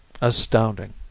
astounding